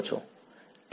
વિદ્યાર્થી